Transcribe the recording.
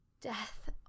death